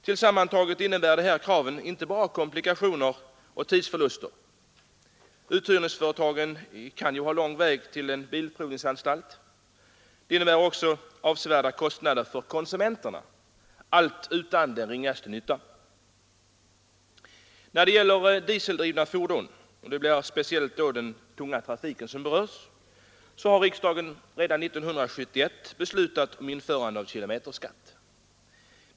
Tillsammantaget innebär de här kraven inte bara komplikationer och tidsförluster — uthyrningsföretagen kan ju ha lång väg till en bilprovningsanstalt — utan också avsevärda kostnader för konsumenterna, allt utan den ringaste nytta. När det gäller dieseldrivna fordon — det är speciellt den tunga trafiken som berörs — så har riksdagen redan 1971 beslutat om införande av kilometerbeskattning.